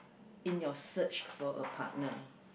in your search for a partner